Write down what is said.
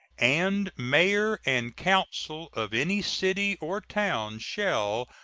and mayor and council of any city or town, shall,